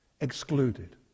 Excluded